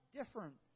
different